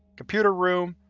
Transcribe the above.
computer room,